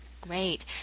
Great